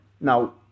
Now